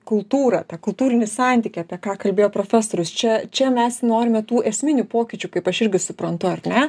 kultūrą tą kultūrinį santykį apie ką kalbėjo profesorius čia čia mes norime tų esminių pokyčių kaip aš irgi suprantu ar ne